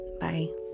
Bye